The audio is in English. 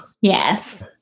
Yes